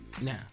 now